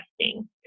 testing